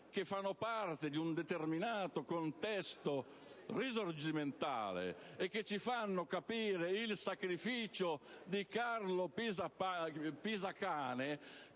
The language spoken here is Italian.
che fanno parte di un determinato contesto risorgimentale e ci fanno capire il sacrificio di Carlo Pisacane